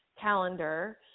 calendar